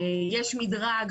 יש מדרג,